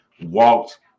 walked